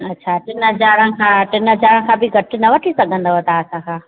अच्छा टिनि हज़ार खां टिनि हज़ारनि खां बि घटि न वठी सघंदव तव्हां असांखां